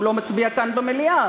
שהוא לא מצביע כאן במליאה.